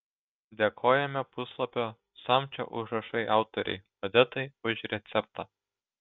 dėkojame puslapio samčio užrašai autorei odetai už receptą